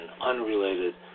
unrelated